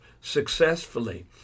successfully